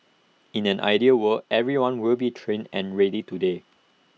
in an ideal world everyone will be trained and ready today